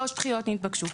שלוש דחיות נתבקשו.